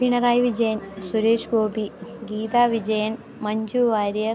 Pinarayi Vijayan Suresh Gopi Geetha Vijayan Manju Warrier